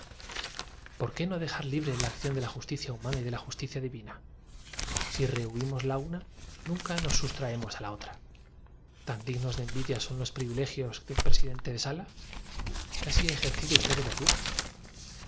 por qué no dejar libre la acción de la justicia humana y de la justicia divina qué clase de enfermedad es esa preguntó de improviso un juez si rehuímos la una nunca nos sustraemos a es una dolencia terrible caballerocontestó la dama los mé la otra tan dignos de envidia son los privilegios de un presidente de sala casi dicos no saben cómo aplacarla parece que causa atroces sufrimientos ha ejercido usted de verdugo